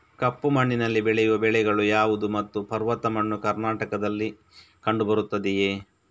ಕಪ್ಪು ಮಣ್ಣಿನಲ್ಲಿ ಬೆಳೆಯುವ ಬೆಳೆಗಳು ಯಾವುದು ಮತ್ತು ಪರ್ವತ ಮಣ್ಣು ಕರ್ನಾಟಕದಲ್ಲಿ ಕಂಡುಬರುತ್ತದೆಯೇ?